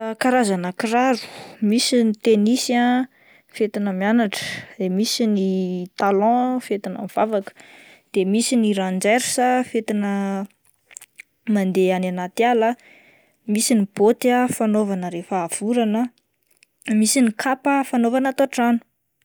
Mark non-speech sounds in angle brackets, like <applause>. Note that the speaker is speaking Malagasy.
<hesitation> Karazana kiraro misy ny tenisy ah fetina mianatra, de misy ny talon fetina mivavaka, de misy ny ranjersa fetina <noise> mandeha any anaty ala, misy ny bôty fanaovana rehefa avy orana <noise> misy ny kapa fanaovana ato an-trano.